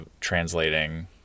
translating